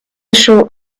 short